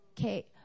Okay